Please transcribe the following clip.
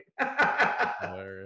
right